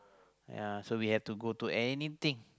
ya so we have to go to anything